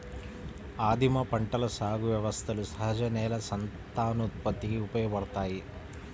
ఆదిమ పంటల సాగు వ్యవస్థలు సహజ నేల సంతానోత్పత్తికి ఉపయోగపడతాయి